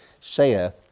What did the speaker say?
saith